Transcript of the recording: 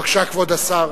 בבקשה, כבוד השר.